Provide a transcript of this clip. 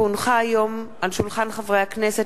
כי הונחה היום על שולחן הכנסת,